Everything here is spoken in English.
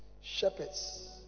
shepherds